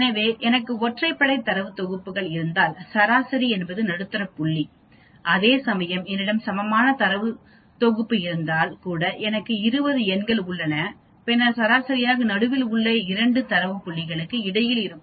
எனவே எனக்கு ஒற்றைப்படை தரவுத் தொகுப்புகள் இருந்தால் சராசரி என்பது நடுத்தர புள்ளி அதே சமயம் என்னிடம் சமமான தரவு தொகுப்பு இருந்தால் கூட எனக்கு 20 எண்கள் உள்ளனபின்னர் சராசரியாக நடுவில் உள்ள இரண்டு தரவு புள்ளிகளுக்கு இடையில் இருக்கும்